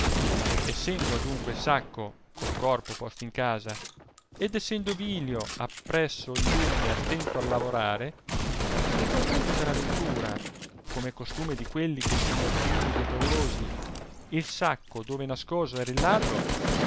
essendo adunque il sacco col corpo posto in casa ed essendo vilio appresso il lume attento al lavorare risguardando per aventura come è costume di quelli che sono timidi e paurosi il sacco dove nascoso era il ladro